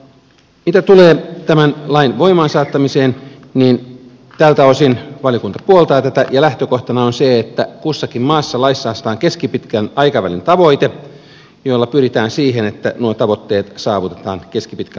mitä tulee tämän lain voimaansaattamiseen niin tältä osin valiokunta puoltaa tätä ja lähtökohtana on se että kussakin maassa laissa asetetaan keskipitkän aikavälin tavoite jolla pyritään siihen että nuo tavoitteet saavutetaan keskipitkällä aikavälillä